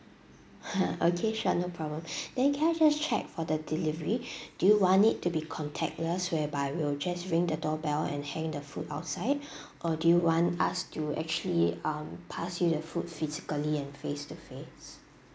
okay sure no problem then can I just check for the delivery do you want it to be contactless whereby will just ring the doorbell and hang the food outside or do you want us to actually um pass you the food physically and face to face